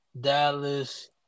Dallas